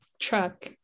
truck